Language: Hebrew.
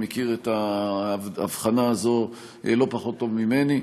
מכיר את ההבחנה הזאת לא פחות ממני.